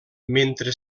mentre